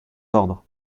ordres